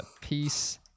Peace